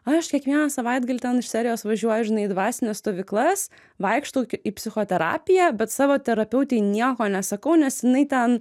aš kiekvieną savaitgalį ten iš serijos važiuoju žinai į dvasines stovyklas vaikštau į psichoterapiją bet savo terapeutei nieko nesakau nes jinai ten